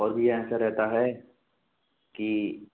और भी एन्सर रहता है कि